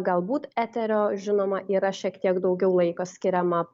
galbūt eterio žinoma yra šiek tiek daugiau laiko skiriama